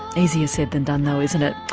easier said than done though isn't it?